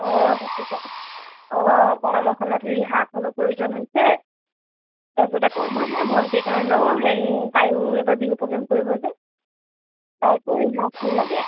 অঁ তাকেতো অঁ কৰ্মশালাত সেই ৰিহাখনো প্ৰয়োজন হৈছে তাৰপিছত আকৌ আমাৰ সেই ভণ্টিৰ কাৰণৰ হেৰি তায়ো এবাৰ বিহু প্ৰগ্ৰেম কৰিব যে তাইকো ৰিহাখন লাগে